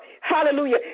Hallelujah